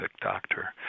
doctor